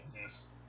Yes